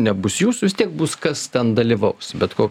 nebus jūs vis tiek bus kas ten dalyvaus bet ko